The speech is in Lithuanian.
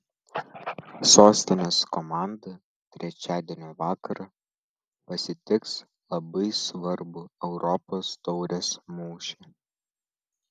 sostinės komanda trečiadienio vakarą pasitiks labai svarbų europos taurės mūšį